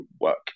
work